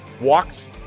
walks